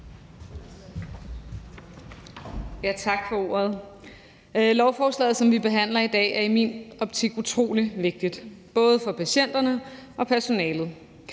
Tak for ordet. Lovforslaget, som vi behandler i dag, er i min optik utrolig vigtigt både for patienterne og personalet,